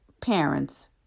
parents